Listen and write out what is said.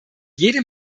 jedem